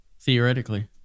Theoretically